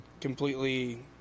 completely